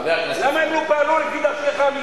למה הם לא פעלו לפי דרכך?